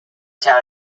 town